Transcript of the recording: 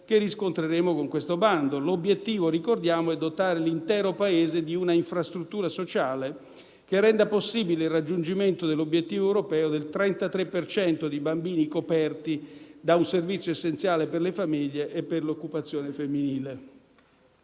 che riscontreremo con questo bando. L'obiettivo - ricordiamo - è dotare l'intero Paese di un'infrastruttura sociale che renda possibile il raggiungimento dell'obiettivo europeo del 33 per cento di bambini coperti da un servizio essenziale per le famiglie e per l'occupazione femminile.